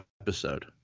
episode